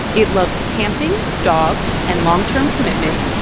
it loves camping, dogs and long-term commitment.